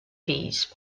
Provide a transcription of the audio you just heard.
fills